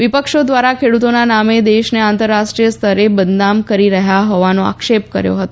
વિપક્ષો દ્વારા ખેડૂતોના નામે દેશને આંતરરાષ્ટ્રીય સ્તરે બદનામ કરી રહ્યા હોવાનો આક્ષેપ કર્યો હતો